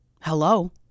Hello